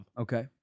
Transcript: Okay